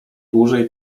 dłużej